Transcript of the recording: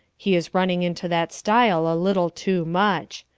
he is running into that style a little too much.